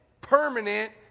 permanent